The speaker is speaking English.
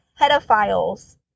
pedophiles